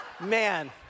Man